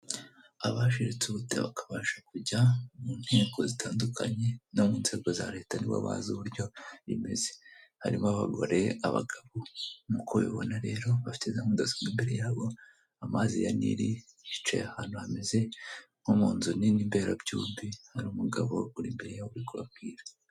Abashirutse ubute bakabasha kujya mu nteko zitandukanye no mu nzego za leta nibo bazi uburyo bimeze, harimo abagore, abagabo, nk'uko ubibona rero bafite za mudasobwa imbere yabo, amazi ya Nile, bicaye munzu hameze nko munzu nini berabyombi, hari umugabo uri imbere yabo uri kubabwira.